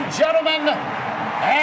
gentlemen